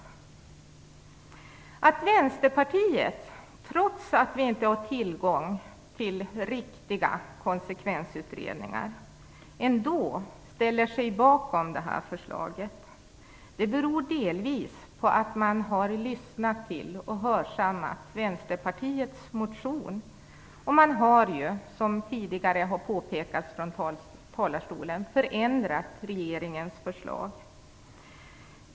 Att Vänsterpartiet trots att det inte funnits tillgång till riktiga konsekvensutredningar ändå ställer sig bakom förslaget, beror delvis på att man har lyssnat till och hörsammat Vänsterpartiets motion. Man har, som tidigare har påpekats från talarstolen, förändrat regeringens förslag.